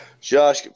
Josh